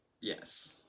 Yes